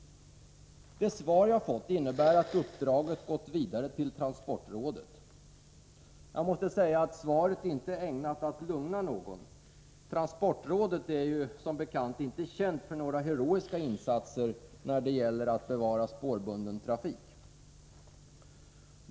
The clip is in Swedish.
Det svar jag fått innebär att ifrågavarande uppdrag gått vidare till transportrådet. Svaret är inte ägnat att lugna någon. Transportrådet är som bekant inte känt för några heroiska insatser när det gäller att bevara spårbunden trafik.